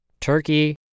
turkey